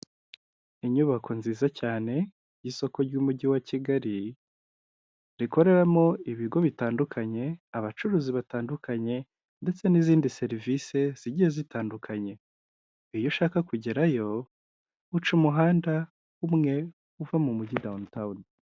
Inyubako nziza cyane y'isoko ry'umujyi wa Kigali, rikoreramo ibigo bitandukanye, abacuruzi batandukanye, ndetse n'izindi serivise zigiye zitandukanye. Iyo ushaka kugerayo uca umuhanda umwe uva mu mujyi dawunitawuni.